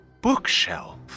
bookshelf